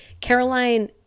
Caroline